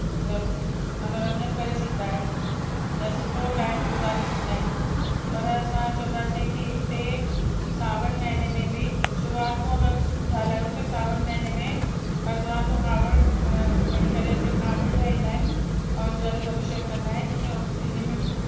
मतिलबु मनोरंजन करे सघंदा आहिनि या सुठो टाइम गुज़ारे सघंदा आहिनि पर असां चवंदासीं की हिते सावन महीने में बि शुरूआति खो अगरि ॻाल्हायूं त सावन महीने में हरिद्वार खां कावड़ खणी करे हिते कावड़िया ईंदा आहिनि ऐं जल अभिषेक कंदा आहिनि त हिन में